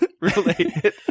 related